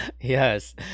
yes